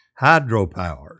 hydropower